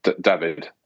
David